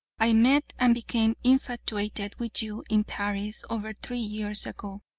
i met and became infatuated with you in paris over three years ago,